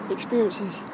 Experiences